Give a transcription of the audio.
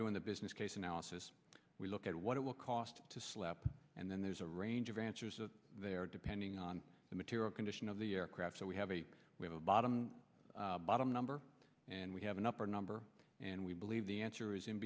doing the business case analysis we look at what it will cost to slap and then there's a range of answers they are depending on the material condition of the aircraft so we have a we have a bottom bottom number and we have an upper number and we believe the answer is in